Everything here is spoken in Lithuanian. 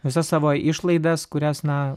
visas savo išlaidas kurias na